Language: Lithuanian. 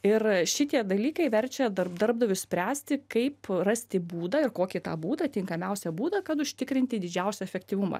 ir šitie dalykai verčia dar darbdavius spręsti kaip rasti būdą ir kokį tą būdą tinkamiausią būdą kad užtikrinti didžiausią efektyvumą